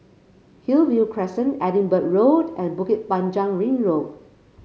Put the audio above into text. Hillview Crescent Edinburgh Road and Bukit Panjang Ring Road